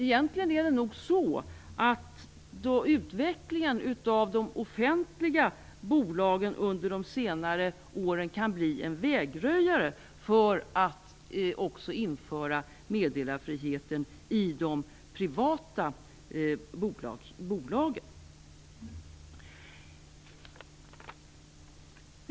Egentligen kan nog utvecklingen av de offentliga bolagen under de senaste åren bli en vägröjare för att införa meddelarfrihet också inom de privata bolagen.